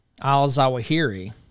al-Zawahiri